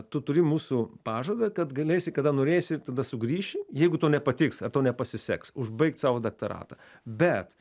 tu turi mūsų pažadą kad galėsi kada norėsi ir tada sugrįši jeigu tau nepatiks ar tau nepasiseks užbaigt savo daktaratą bet